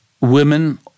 women